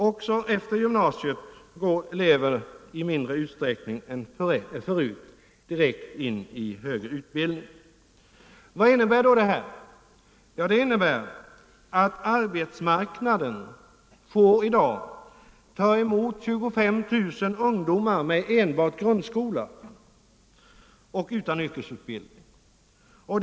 Också efter gymnasiet går elever i mindre utsträckning än förut direkt till högre utbildning. Vad innebär då detta? Jo, det innebär att arbetsmarknaden i dag får Nr 115 ta emot 25 000 ungdomar med enbart grundskola och utan yrkesutbild Onsdagen den ning.